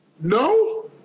No